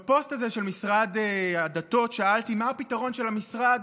בפוסט הזה של משרד הדתות שאלתי: מה הפתרון של המשרד